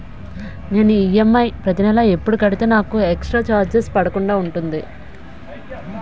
నేను ఈ.ఎమ్.ఐ ప్రతి నెల ఎపుడు కడితే నాకు ఎక్స్ స్త్ర చార్జెస్ పడకుండా ఉంటుంది?